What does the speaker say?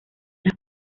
las